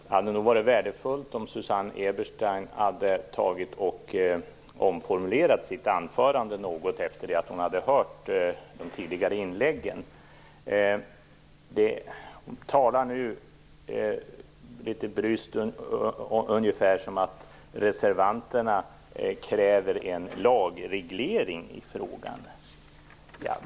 Herr talman! Det hade nog varit värdefullt om Susanne Eberstein hade omformulerat sitt anförande något efter det att hon hört de tidigare inläggen. Hon talar nu litet bryskt om att reservanterna kräver en lagreglering i frågan.